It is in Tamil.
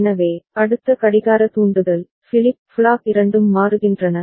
எனவே அடுத்த கடிகார தூண்டுதல் ஃபிளிப் ஃப்ளாப் இரண்டும் மாறுகின்றன